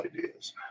ideas